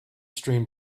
streamed